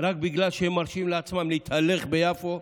רק בגלל שהם מרשים לעצמם להתהלך ביפו,